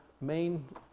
main